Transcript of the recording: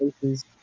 places